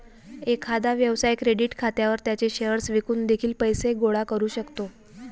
एखादा व्यवसाय क्रेडिट खात्यावर त्याचे शेअर्स विकून देखील पैसे गोळा करू शकतो